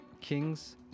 kings